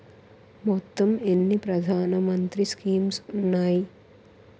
మొత్తం ఎన్ని ప్రధాన మంత్రి స్కీమ్స్ ఉన్నాయి?